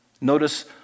Notice